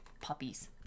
puppies